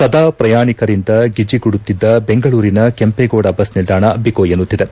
ಸದಾ ಪ್ರಯಾಣಿಕರಿಂದ ಗಿಜಿಗುಡುತ್ತಿದ್ದ ಬೆಂಗಳೂರಿನ ಕೆಂಪೇಗೌಡ ಬಸ್ ನಿಲ್ದಾಣ ಬಿಕೋ ಎನ್ನುತ್ತಿದೆ